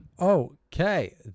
Okay